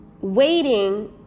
waiting